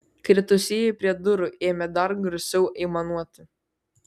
kritusieji prie durų ėmė dar garsiau aimanuoti